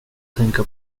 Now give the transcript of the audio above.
tänka